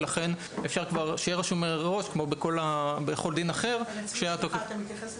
ולכן אפשר כבר שיהיה רשום הוראות כמו בכל דין אחר שהתוקף --- סליחה,